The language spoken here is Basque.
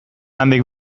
handik